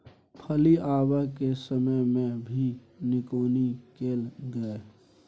फली आबय के समय मे भी निकौनी कैल गाय?